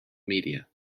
media